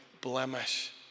blemish